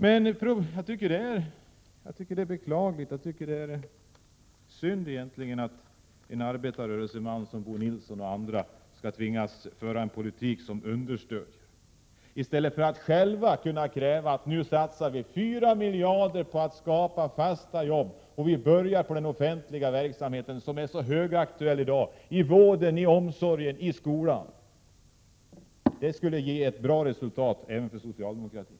Jag tycker att det är beklagligt att arbetarrörelsemänniskor som Bo Nilsson och andra skall tvingas föra en politik som understöder kapitalet i stället för att själva kräva 4 miljarder kronor för att kunna skapa fasta jobb! Vi borde börja på den offentliga verksamheten, som är högaktuell i dag: Vård, omsorg och skola. Det skulle ge ett bra resultat även för socialdemokratin!